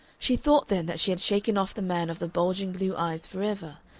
she thought then that she had shaken off the man of the bulging blue eyes forever,